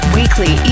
weekly